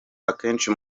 akenshi